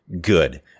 good